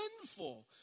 sinful